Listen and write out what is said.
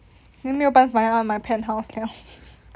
then 没有办法要买 penthouse 了